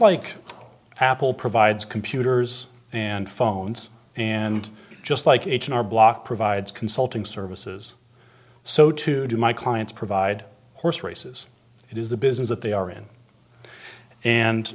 like apple provides computers and phones and just like h and r block provides consulting services so too do my clients provide horse races it is the business that they are in